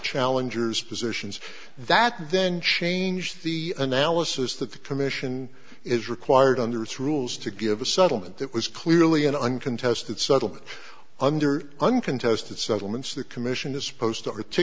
challengers positions that then changed the analysis that the commission is required under its rules to give a settlement that was clearly an uncontested subtle under uncontested settlements the commission is supposed to